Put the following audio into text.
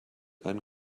einen